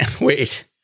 wait